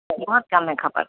बहुत कम है खपत